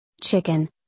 chicken